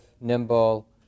nimble